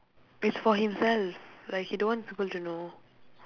it's for himself like he don't want people to know